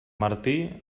martí